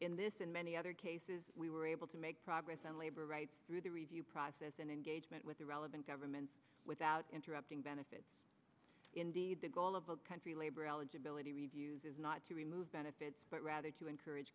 in this in many other cases we were able to make progress on labor rights through the review process and engagement with the relevant governments without interrupting benefits indeed the goal of a country labor eligibility reviews is not to remove benefits but rather to encourage